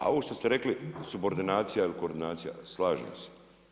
A ovo što ste rekli subordinacija ili koordinacija, slažem se.